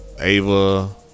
Ava